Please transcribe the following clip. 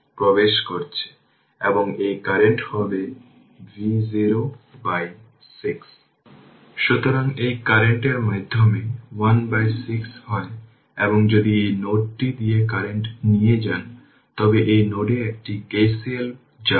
এবং প্রব্লেম এ বলা হয়েছে যে এতে দেখানো সার্কিটে ইনিশিয়াল কারেন্ট L1 এবং L২ সোর্স দ্বারা এস্টাবলিশ হয়েছে কোন প্রয়োজন দেখায়নি আসলে আমরা ধরে নিচ্ছি যে এটি এস্টাবলিশ হয়েছিল